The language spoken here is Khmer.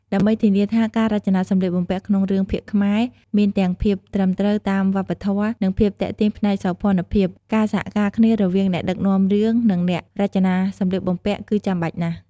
ដើម្បីធានាថាការរចនាសម្លៀកបំពាក់ក្នុងរឿងភាគខ្មែរមានទាំងភាពត្រឹមត្រូវតាមវប្បធម៌ និងភាពទាក់ទាញផ្នែកសោភ័ណភាព ការសហការគ្នារវាងអ្នកដឹកនាំរឿងនឹងអ្នករចនាសម្លៀកបំពាក់គឺចាំបាច់ណាស់ ។